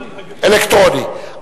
אלקטרוני.